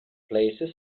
places